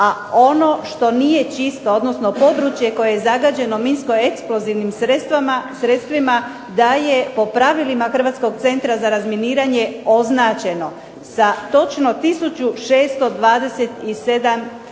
a ono što nije čisto, odnosno područje koje je zagađeno minsko eksplozivnim sredstvima da je po pravilima Hrvatskog centra za razminiranje označeno za točno tisuću